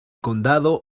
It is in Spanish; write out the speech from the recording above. condado